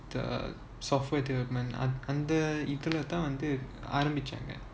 the software deve~ development அந்த இதுல தான் ஆரம்பிச்சாங்க:antha idhula thaan arambichanga